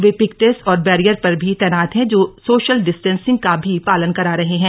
वे pickets और barrier पर भी तैनात हैं तो सो ाल डिस्टेंसिंग का भी पालन करा रहे हैं